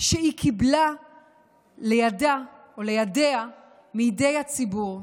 שהיא קיבלה לידה, או לידיה, מידי הציבור,